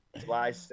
july